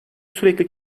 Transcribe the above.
sürekli